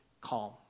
calm